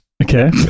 Okay